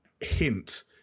hint